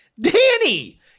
Danny